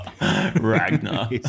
Ragnar